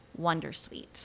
wondersuite